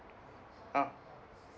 ah